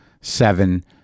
seven